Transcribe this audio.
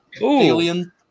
alien